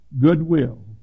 goodwill